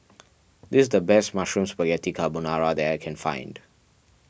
this is the best Mushroom Spaghetti Carbonara that I can find